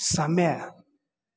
समय